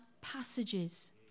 passages